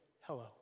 hello